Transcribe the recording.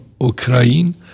Ukraine